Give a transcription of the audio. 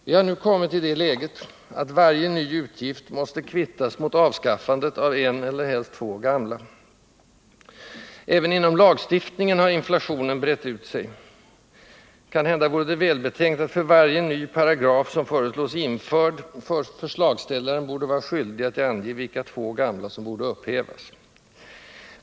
Vi har nu kommit i det läget att varje ny utgift måste kvittas mot avskaffandet av en — eller helst två — gamla. Även inom lagstiftningen har inflationen brett ut sig. Kanhända vore det också välbetänkt att för varje ny paragraf som föreslås införd förslagsställaren borde vara skyldig att ange vilka två gamla som borde upphävas.